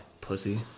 Pussy